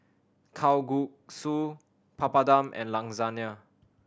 Kalguksu Papadum and Lasagne